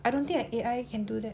I don't think a A_I can do that